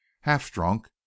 half-drunk